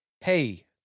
hey